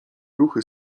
ruchy